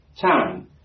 time